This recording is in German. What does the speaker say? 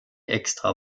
extra